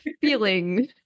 feeling